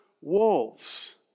wolves